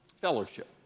fellowship